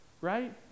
right